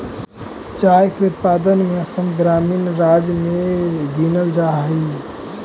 चाय के उत्पादन में असम अग्रणी राज्य में गिनल जा हई